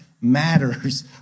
matters